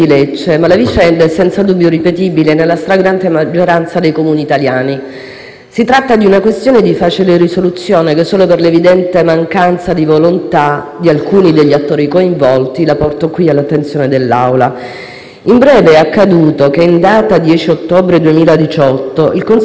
Si tratta di una questione di facile risoluzione che, solo per l'evidente mancanza di volontà di alcuni degli attori coinvolti, porto all'attenzione dell'Aula. In data 10 ottobre 2018 il consigliere comunale del MoVimento 5 Stelle Massimo Scarpa presentava una mozione in Consiglio